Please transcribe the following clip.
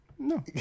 no